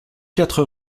quatre